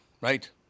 right